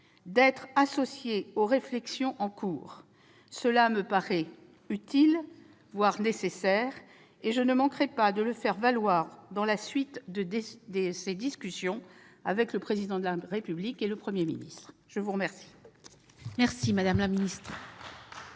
d'être associés aux réflexions en cours. Cela me paraît utile, voire nécessaire ; je ne manquerai pas de le faire valoir dans la suite des discussions avec le Président de la République et le Premier ministre. La parole